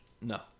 No